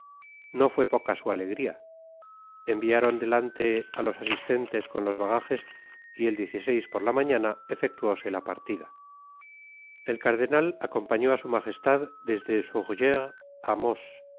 no fué poca su alegria enviaron delante á los asistentes con los bagajes y el por la mañana efectuóse la partida el cardenal acompañó á su majestad desde sourgéres á